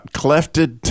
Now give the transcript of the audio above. clefted